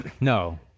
No